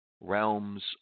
realms